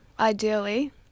Ideally